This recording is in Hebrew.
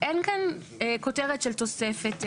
אין כאן כותרת של תוספת.